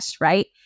right